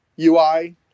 UI